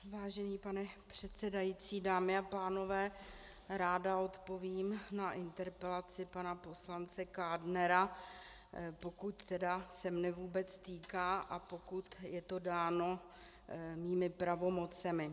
Vážený pane předsedající, dámy a pánové, ráda odpovím na interpelaci pana poslance Kádnera, pokud tedy se mne vůbec týká a pokud je to dáno mými pravomocemi.